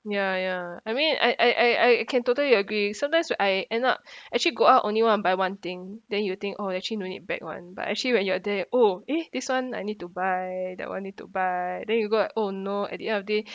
ya ya I mean I I I I can totally agree sometimes I end up actually go out only want to buy one thing then you think oh actually no need bag [one] but actually when you are there oh eh this one I need to buy that one need to buy then you got oh no at the end of the day